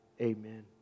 Amen